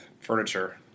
furniture